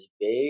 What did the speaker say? big